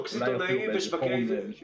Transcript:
בסדר גמור.